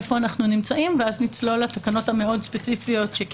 היכן אנחנו נמצאים ואז נצלול לתקנות המאוד ספציפיות.